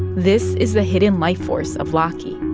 this is the hidden life force of laki,